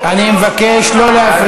כמפקד אכ"א.